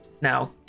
now